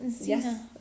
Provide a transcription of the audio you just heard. yes